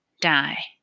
die